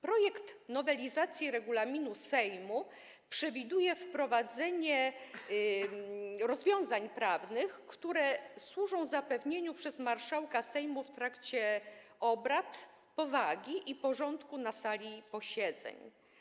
Projektowana nowelizacja regulaminu Sejmu przewiduje wprowadzenie rozwiązań prawnych, które służą zapewnieniu przez marszałka Sejmu w trakcie obrad powagi i porządku na sali posiedzeń.